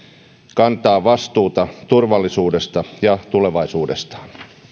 kantaa vastuuta turvallisuudesta ja tulevaisuudestaan